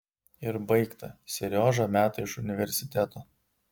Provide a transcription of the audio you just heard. ir baigta seriožą meta iš universiteto